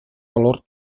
valor